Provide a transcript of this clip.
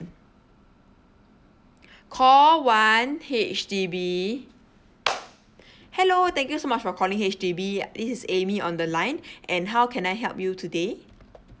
call one H_D_B hello thank you so much for calling H_D_B this is Amy on the line and how can I help you today